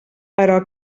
però